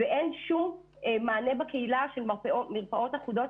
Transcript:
ואין שום מענה בקהילה של מרפאות אחודות,